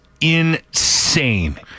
insane